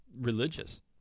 religious